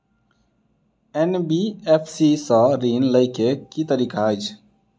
NBFC सँ ऋण लय केँ की तरीका अछि?